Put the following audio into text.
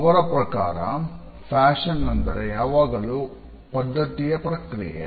ಅವರ ಪ್ರಕಾರ ಫ್ಯಾಷನ್ ಅಂದರೆ ಯಾವಾಗಲೂ ಹಾಗು ಪದ್ದತಿಯ ಪ್ರಕ್ರಿಯೆ